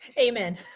Amen